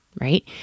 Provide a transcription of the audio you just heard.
right